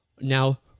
Now